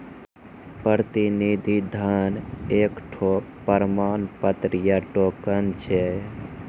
प्रतिनिधि धन एकठो प्रमाण पत्र या टोकन छै